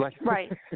Right